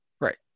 Right